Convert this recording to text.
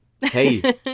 hey